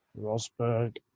Rosberg